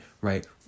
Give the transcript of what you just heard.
right